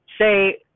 say